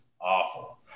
awful